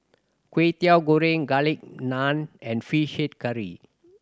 Kway Teow Goreng Garlic Naan and Fish Head Curry